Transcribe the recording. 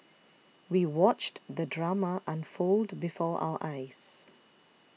we watched the drama unfold before our eyes